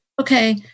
okay